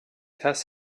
has